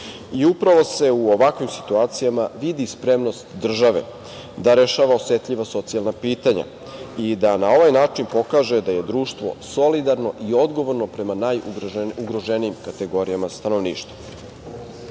Upravo se u ovakvim situacijama vidi spremnost države da rešava osetljiva socijalna pitanja i da na ovaj način pokaže da je društvo solidarno i odgovorno prema najugroženijim kategorijama stanovništva. Kada